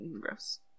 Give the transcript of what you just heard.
gross